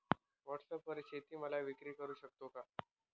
व्हॉटसॲपवर शेती माल विक्री करु शकतो का?